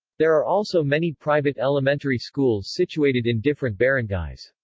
there are also many private elementary schools situated in different barangays.